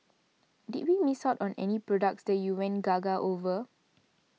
did we miss out any products that you went gaga over